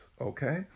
Okay